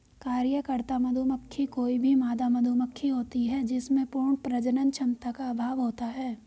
कार्यकर्ता मधुमक्खी कोई भी मादा मधुमक्खी होती है जिसमें पूर्ण प्रजनन क्षमता का अभाव होता है